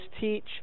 teach